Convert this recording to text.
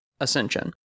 Ascension